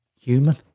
human